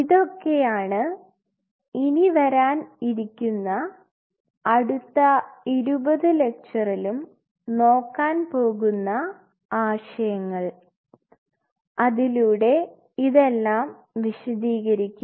ഇതൊക്കെയാണ് ഇനിവരാൻ ഇരിക്കുന്ന അടുത്ത 20 ലെക്ചറിലും നോക്കാൻ പോകുന്ന ആശയങ്ങൾ അതിലൂടെ ഇതെല്ലാം വിശദീകരിക്കും